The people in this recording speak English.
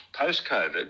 Post-COVID